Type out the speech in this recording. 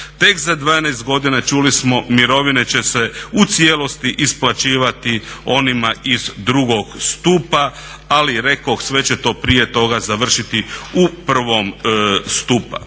Tek za 12 godina čuli smo mirovine će se u cijelosti isplaćivati onima iz drugog stupa ali rekoh, sve će to prije toga završiti u prvom stupu.